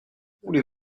voulez